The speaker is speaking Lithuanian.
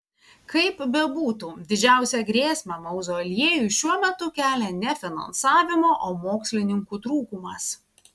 kaip bebūtų didžiausią grėsmę mauzoliejui šiuo metu kelia ne finansavimo o mokslininkų trūkumas